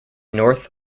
north